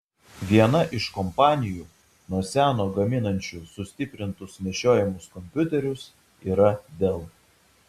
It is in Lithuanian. viena iš kompanijų nuo seno gaminančių sustiprintus nešiojamus kompiuterius yra dell